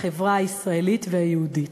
החברה הישראלית והיהודית.